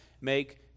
make